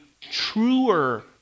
truer